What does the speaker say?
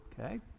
okay